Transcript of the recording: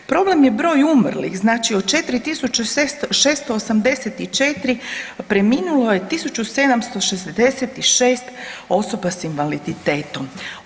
Problem je broj umrlih znači od 4.684 preminulo je 1.766 osoba s invaliditetom.